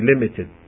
limited